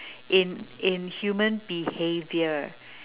in in human behaviour